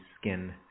skin